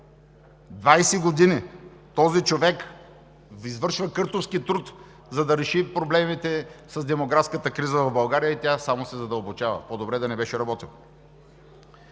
години този човек извършва къртовски труд, за да реши проблемите с демографската криза в България и тя само се задълбочава. По-добре да не беше работил!